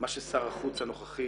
מה ששר החוץ הנוכחי